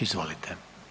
Izvolite.